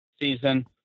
season